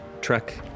trek